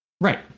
Right